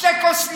שתה כוס,